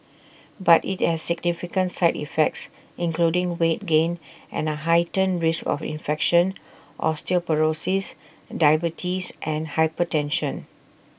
but IT has significant side effects including weight gain and A heightened risk of infection osteoporosis diabetes and hypertension